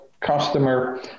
customer